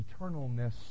eternalness